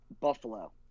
Buffalo